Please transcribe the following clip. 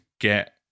get